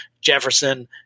jefferson